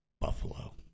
Buffalo